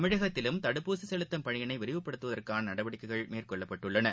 தமிழகத்திலும் தடுப்பூசி செலுத்தும் பணியினை விரைவுபடுத்துவதற்கான நடவடிக்கைகள் மேற்கொள்ளப்பட்டுள்ளன